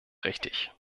richtig